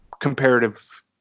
comparative